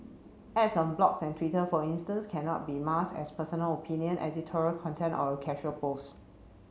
ads on blogs and Twitter for instance cannot be masked as personal opinion editorial content or a casual post